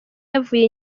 yavuye